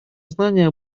знания